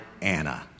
Anna